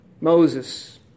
Moses